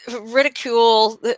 ridicule